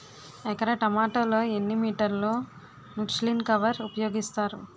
ఎకర టొమాటో లో ఎన్ని మీటర్ లో ముచ్లిన్ కవర్ ఉపయోగిస్తారు?